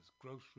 grocery